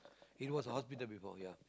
it was a hospital before ya